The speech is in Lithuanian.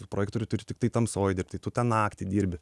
projektoriu turi tiktai tamsoj dirbti tu tą naktį dirbi